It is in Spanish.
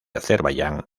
azerbaiyán